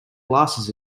glasses